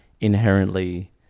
inherently